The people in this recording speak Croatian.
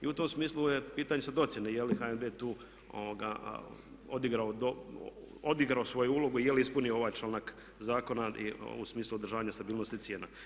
U tom smislu je pitanje sad ocjene je li HNB tu odigrao svoju ulogu, je li ispunio ovaj članak zakona u smislu održavanja stabilnosti cijena?